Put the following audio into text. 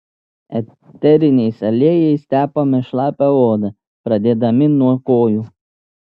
eteriniais aliejais tepame šlapią odą pradėdami nuo kojų